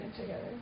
together